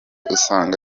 usanga